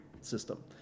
system